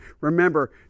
Remember